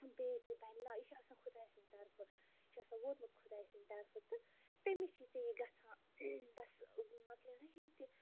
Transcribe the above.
بیٚیہِ تہِ بَنِنا یہِ چھُ آسان خۄدایہِ سِنٛدۍ طرفہٕ یہِ چھُ آسان ووتمُت خۄدایہِ سِنٛدۍ طرفہٕ تہٕ تَمی چھی ژےٚ یہِ گَژھان بَس مکلے نا ییٚتہِ